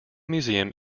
museum